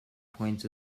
points